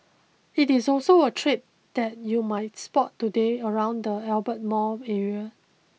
it is also a trade that you might spot today around the Albert Mall area